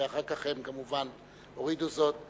ואחר כך הם כמובן הורידו זאת.